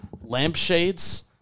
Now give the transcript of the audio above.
lampshades